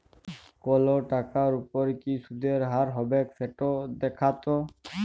call টাকার উপর কি সুদের হার হবেক সেট দ্যাখাত